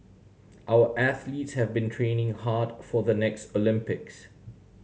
our athletes have been training hard for the next Olympics